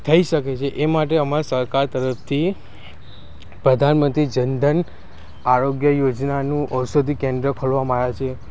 થઈ શકે છે એ માટે અમારી સરકાર તરફથી પ્રધાનમંત્રી જનધન આરોગ્ય યોજનાનું ઔષધિ કેન્દ્ર ખોલવામાં આવ્યાં છે